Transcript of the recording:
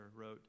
wrote